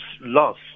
loss